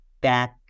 back